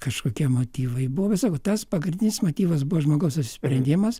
kažkokie motyvai buvo visokių tas pagrindinis motyvas buvo žmogaus apsisprendimas